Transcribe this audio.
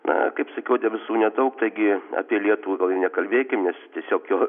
na kaip sakiau debesų nedaug taigi apie lietų gal ir nekalbėkim nes tiesiog jo